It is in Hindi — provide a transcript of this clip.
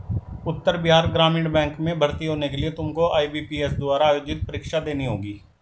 उत्तर बिहार ग्रामीण बैंक में भर्ती होने के लिए तुमको आई.बी.पी.एस द्वारा आयोजित परीक्षा देनी होगी